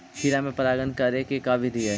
खिरा मे परागण करे के का बिधि है?